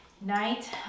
night